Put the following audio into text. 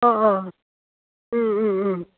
অঁ অঁ ও ও ও